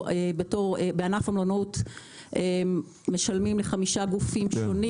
בענף המלונאות אנחנו משלמים לחמישה גופים שונים.